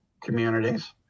communities